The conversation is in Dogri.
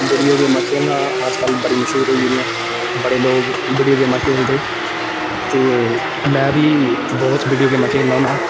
वीडियो गेमां खेलना अज्जकल बड़ी मश्हूर होई गेदियां बड़े लोक वीडियो गेमां खेलदे ते में बी बौह्त वीडियो गेमां खेलना होन्नां